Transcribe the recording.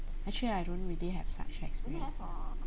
actually I don't really have such experience